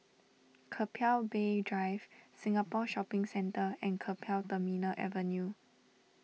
Keppel Bay Drive Singapore Shopping Centre and Keppel Terminal Avenue